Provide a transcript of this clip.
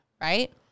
right